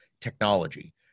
technology